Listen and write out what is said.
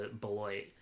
Beloit